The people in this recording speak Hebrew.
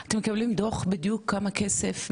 אתם מקבלים דוח בדיוק כמה כסף,